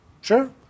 Sure